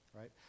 right